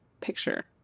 picture